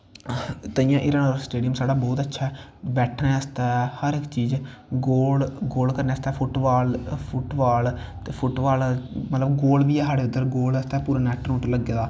ताहियैं हीरानगर स्टेडियम बौह्त अच्छा ऐ बैठनै आस्तै हर इक चीज़ गोल करनै आस्तै फुट बॉल फुट बॉल ते मतलव गोल बी ऐ साढ़े गोल आस्तै पूरा नैट नुट लग्गे दा